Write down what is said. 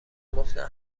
گفتن